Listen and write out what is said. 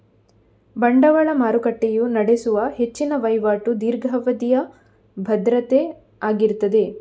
ಬಂಡವಾಳ ಮಾರುಕಟ್ಟೆಯು ನಡೆಸುವ ಹೆಚ್ಚಿನ ವೈವಾಟು ದೀರ್ಘಾವಧಿಯ ಭದ್ರತೆ ಆಗಿರ್ತದೆ